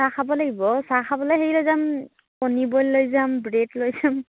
চাহ খাব লাগিব চাহ খাবলে হেৰি লৈ যাম কণী বইল লৈ যাম ব্ৰেড লৈ যাম